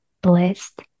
blessed